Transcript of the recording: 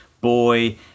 boy